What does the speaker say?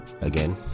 again